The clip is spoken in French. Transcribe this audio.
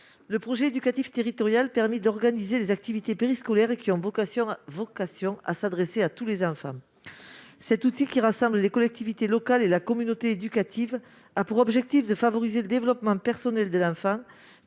Le projet éducatif territorial permet d'organiser les activités périscolaires, qui ont vocation à s'adresser à tous les enfants. Cet outil, qui rassemble les collectivités locales et la communauté éducative, a pour objectif de favoriser le développement personnel de l'enfant,